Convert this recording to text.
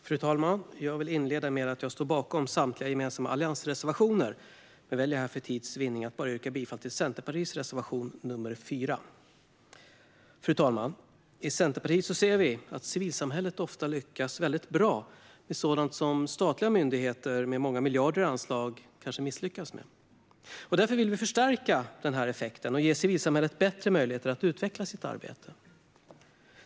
Fru talman! Jag vill inleda med att säga att jag står bakom samtliga gemensamma alliansreservationer. Jag väljer dock för tids vinnande att yrka bifall bara till Centerpartiets reservation nr 4. Fru talman! I Centerpartiet ser vi att civilsamhället ofta lyckas väldigt bra med sådant som statliga myndigheter med många miljarder i anslag misslyckas med. Därför vill vi förstärka denna effekt och ge civilsamhället bättre möjligheter att utveckla sitt arbete.